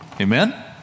Amen